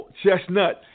chestnut